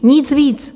Nic víc.